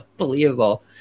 unbelievable